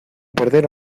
perder